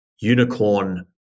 unicorn